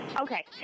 okay